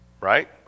Right